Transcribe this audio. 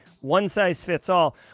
one-size-fits-all